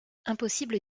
impossible